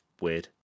weird